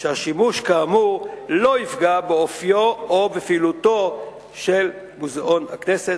שהשימוש כאמור לא יפגע באופיו או בפעילותו של מוזיאון הכנסת,